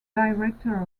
director